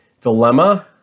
dilemma